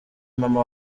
mama